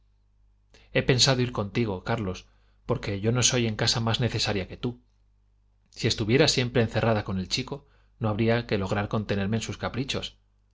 he pensado ir contigo carlos porque yo no soy en casa más necesaria que tú si estuviera siempre encerrada con el chico no habría de lograr contenerle en sus caprichos